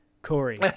Corey